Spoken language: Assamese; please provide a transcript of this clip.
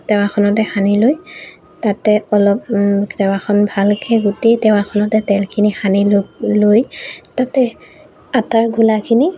টাৱাখনতে সানি লৈ তাতে অলপ টাৱাখন ভালকে গোটেই টাৱাখনতে তেলখিনি সানি ল লৈ তাতে আটাৰ ঘোলাখিনি